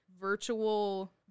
virtual